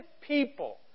people